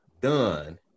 done